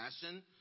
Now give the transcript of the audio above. fashion